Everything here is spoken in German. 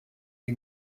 die